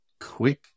quick